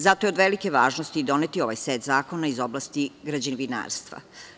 Zato je od velike važnosti doneti ovaj set zakona iz oblasti građevinarstva.